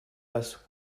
basse